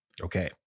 Okay